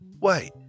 Wait